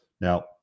Now